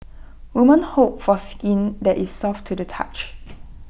women hope for skin that is soft to the touch